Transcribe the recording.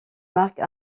marque